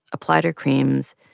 applied her creams.